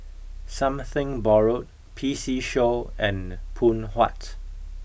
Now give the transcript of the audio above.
something borrowed P C show and Phoon Huat